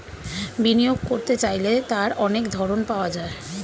বিনিয়োগ করতে চাইলে তার অনেক ধরন পাওয়া যায়